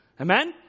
Amen